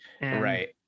Right